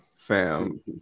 Fam